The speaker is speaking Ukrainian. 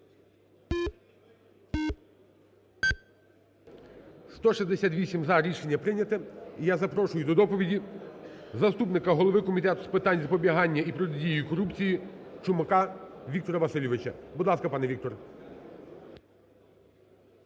За-168 Рішення прийняте. І я запрошую до доповіді заступника голови Комітету з питань запобігання і протидії корупції Чумака Віктора Васильовича. Будь ласка, пане Віктор.